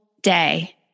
day